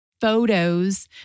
photos